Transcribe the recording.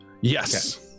Yes